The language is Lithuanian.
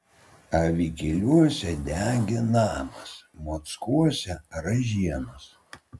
avikiluose degė namas mockuose ražienos